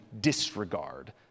disregard